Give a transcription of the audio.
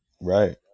Right